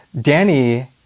Danny